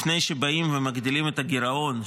לפני שבאים ומגדילים את הגירעון,